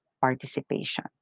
participation